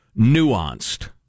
nuanced